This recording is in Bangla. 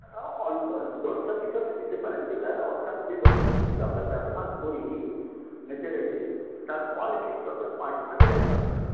অল্প একটু দশ ছাব্বিশ আপনি দিতে পারেন যেটা অর্থাৎ যে দশ ছাব্বিশটা আমরা ব্যবহার করি ন্যাচারালি তার ওয়ান ফিফথ অর্থাৎ পাঁচ ভাগের একভাগ